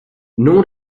non